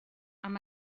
amb